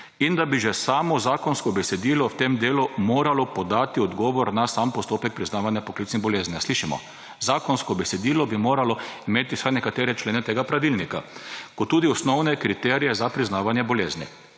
in da bi že samo zakonsko besedilo v tem delu moralo podati odgovor na sam postopek priznavanja poklicnih bolezni.« Ali slišimo? Zakonsko besedilo bi moralo imeti vsaj nekatere člene tega pravilnika in tudi osnovne kriterije za priznavanje bolezni.